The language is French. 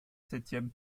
septième